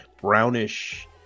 brownish